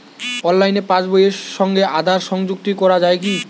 অনলাইনে পাশ বইয়ের সঙ্গে আধার সংযুক্তি করা যায় কি?